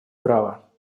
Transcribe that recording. права